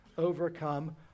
overcome